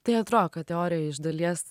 tai atrodo kad teorija iš dalies